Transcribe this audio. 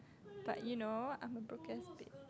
but you know I'm a broke ass bit~